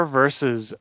versus